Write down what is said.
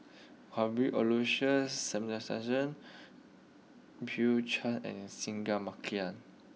Cuthbert Aloysius Shepherdson Bill Chen and Singai Mukilan